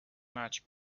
much